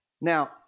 Now